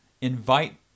invite